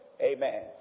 Amen